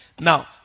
Now